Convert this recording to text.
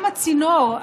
גם הצינור,